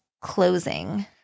closing